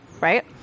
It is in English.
right